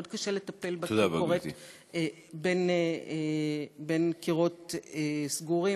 מאוד קשה לטפל בה כי היא קורית בין קירות סגורים,